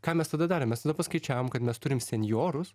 ką mes tada darėm tada paskaičiavom kad mes turim senjorus